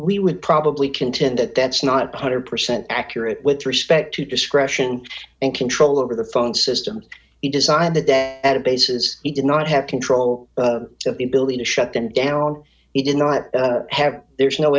we would probably contend that that's not one hundred percent accurate with respect to discretion and control over the phone system he designed the day at a basis he did not have control of the ability to shut them down he did not have there is no